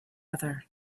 other